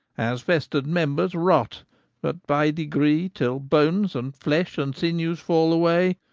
as festred members rot but by degree, till bones and flesh and sinewes fall away,